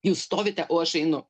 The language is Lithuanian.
jūs stovite o aš einu